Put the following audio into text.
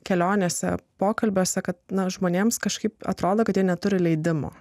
kelionėse pokalbiuose kad nors žmonėms kažkaip atrodo kad jie neturi leidimo